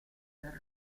questo